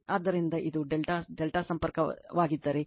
ಆದ್ದರಿಂದ ಇದು ∆∆ ಸಂಪರ್ಕವಾಗಿದ್ದರೆ ಇದು Vab ಏನೇ ಇರಲಿ ಈ ಫೇಸ್ ನಲ್ಲಿದೆ